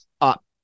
up